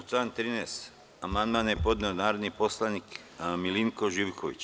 Na član 13. amandman je podneo narodni poslanik Milinko Živković.